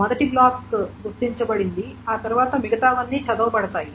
మొదటి బ్లాక్ గుర్తించబడింది ఆ తర్వాత మిగతావన్నీ చదవబడతాయి